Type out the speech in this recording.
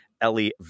Ellie